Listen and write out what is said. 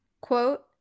quote